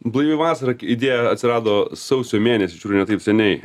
blaivi vasara idėja atsirado sausio mėnesį ne taip seniai